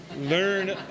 learn